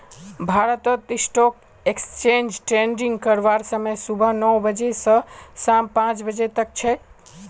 भारतत stock exchange trading करवार समय सुबह नौ बजे स शाम पांच बजे तक छेक